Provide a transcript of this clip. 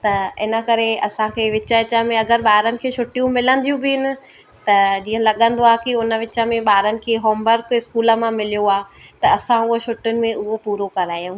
त इन करे असांखे विच विच में अगरि ॿारनि खे छुट्टियूं मिलंदियूं बि न त जीअं लॻंदो आहे कि उन विच में ॿारनि खे होमवर्क स्कूल मां मिलियो आहे त असां उहो छुट्टियुनि में उहो पूरो करायूं